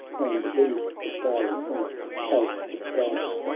and leaves the starry senate of the skies.